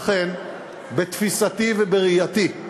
לכן, בתפיסתי ובראייתי,